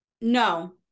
No